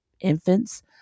infants